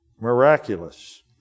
Miraculous